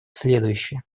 следующие